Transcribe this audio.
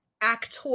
actor